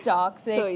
Toxic